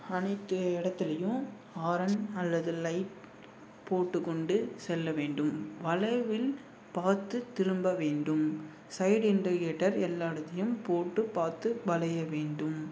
அனைத்து இடத்துலயும் ஹாரன் அல்லது லைட் போட்டுக்கொண்டு செல்ல வேண்டும் வளைவில் பார்த்து திரும்ப வேண்டும் சைடு இண்டர்கேட்டர் எல்லா இடத்தயும் போட்டு பார்த்து வளைய வேண்டும்